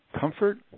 comfort